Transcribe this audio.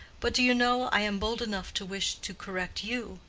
but do you know i am bold enough to wish to correct you,